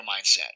mindset